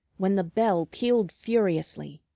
when the bell pealed furiously.